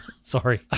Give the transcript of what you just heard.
Sorry